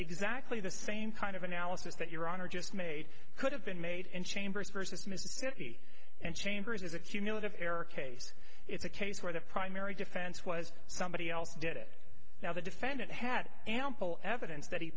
exactly the same kind of analysis that your honor just made could have been made in chambers versus mississippi and chambers is a cumulative error case it's a case where the primary defense was somebody else did it now the defendant had ample evidence that he